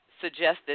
suggested